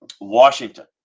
Washington